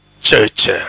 church